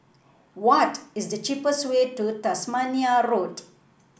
what is the cheapest way to Tasmania Road